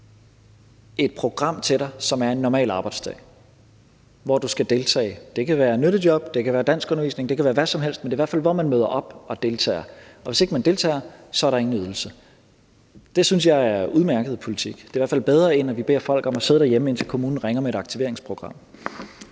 et program til dig, som er en normal arbejdsdag, hvor du skal deltage. Det kan være et nyttejob, det kan være danskundervisning, det kan være hvad som helst, men det er i hvert fald, at man møder op og deltager, og hvis ikke man deltager, er der ingen ydelse. Det synes jeg er en udmærket politik. Det er i hvert fald bedre, end at vi beder folk om at sidde hjemme, indtil kommunen ringer med et aktiveringsprogram.